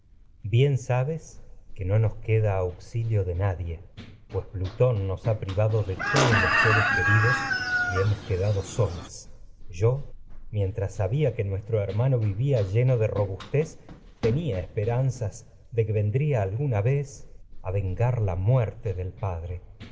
de sabes que ha queda de auxilio los nadie pues plutón hemtfs nos privado solas lleno todos seres queridos que y quedado vivía yo mientras sabia nuestro hermano de robustez a tenia esperanza de que vendría alguna vez ya que vengar pongo con la muerte del padre